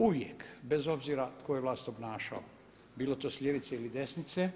Uvijek bez obzira tko je vlast obnašao, bilo to s ljevice ili desnice